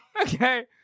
Okay